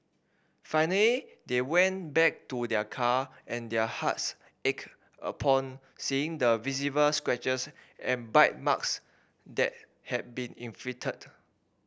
finally they went back to their car and their hearts ached upon seeing the visible scratches and bite marks that had been inflicted